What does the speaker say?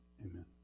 Amen